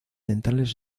centrales